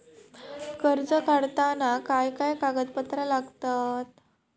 कर्ज काढताना काय काय कागदपत्रा लागतत?